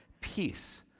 peace